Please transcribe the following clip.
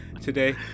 Today